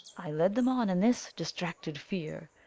i led them on in this distracted fear,